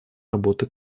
работы